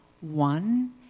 one